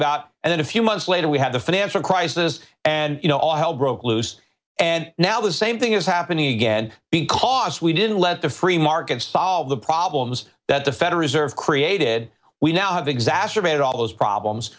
about and then a few months later we had the financial crisis and you know all hell broke loose and now the same thing is happening again because we didn't let the free market solve the problems that the federal reserve created we now have exacerbated all those problems